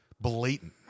blatant